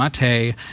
Mate